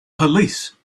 police